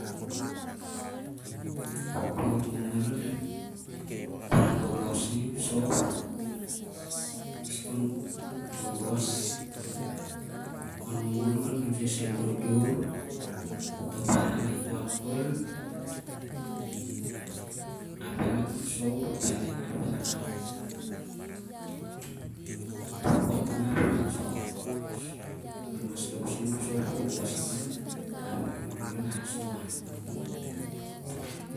Ep wuvur momol onep baran gogos ning ep sop, khon munmun khon kopsoi ep durdur, ap toh baran nah ikot kho. Nah belal tok sop ap bhel inap el- ep kot bhel inap khon ansau ol mas lou sen- ep sop ap ol gosi on- ap ep durdur el ansau.